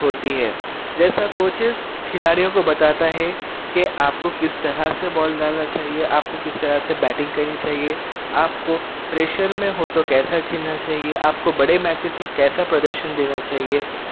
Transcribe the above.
ہوتی ہے جیسا کوچیز کھلاڑیوں کو بتاتا ہے کہ آپ کو کس طرح سے بال ڈالنا چاہیے آپ کو کس طرح سے بیٹنگ کرنی چاہئے آپ کو پریشر میں ہو تو کیسا کھیلنا چاہئے آپ کو بڑے میچز میں کیسا پردرشن دینا چاہیے